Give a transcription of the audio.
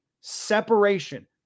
separation